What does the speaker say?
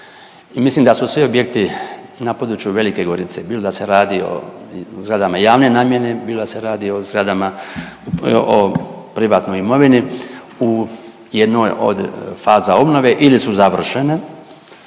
mislim da su svi objekti na području Velike Gorice bilo da se radi o zgradama javne namjene bilo da se radi o zgrada o privatnoj imovini u jednoj od faza obnove ili su završene.